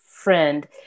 friend